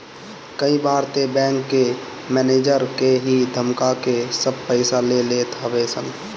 कई बार तअ बैंक के मनेजर के ही धमका के सब पईसा ले लेत हवे सन